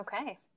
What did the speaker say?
Okay